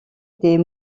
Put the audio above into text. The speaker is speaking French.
des